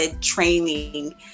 training